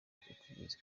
itigeze